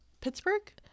Pittsburgh